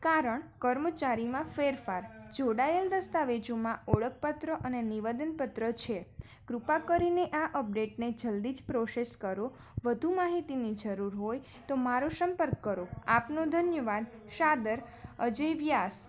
કારણ કર્મચારીમાં ફેરફાર જોડાએલ દસ્તાવેજોમાં ઓળખ પત્ર અને નિવેદન પત્ર છે કૃપા કરીને આ અપડેટને જલદી જ પ્રોસેસ કરો વધુ માહિતીની જરૂર હોય તો મારો સંપર્ક કરો આપનો ધન્યવાદ સાદર અજય વ્યાસ